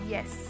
Yes